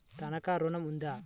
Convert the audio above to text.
తనఖా ఋణం ఉందా?